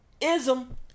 Ism